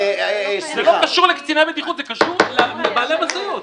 זה לא קשור לקציני בטיחות אלא קשור לבעלי משאיות.